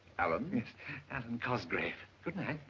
allen and and cosgrave. good night.